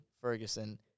Ferguson